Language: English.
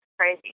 Crazy